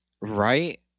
Right